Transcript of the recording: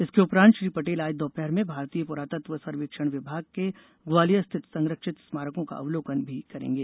इसके उपरान्त श्री पटेल आज दोपहर में भारतीय पुरातत्व सर्वेक्षण विभाग के ग्वालियर स्थित संरक्षित स्मारको का अवलोकन भी करेंगे